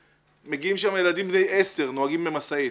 מגיעים שם ילדים בני 10 נוהגים במשאית,